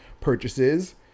purchases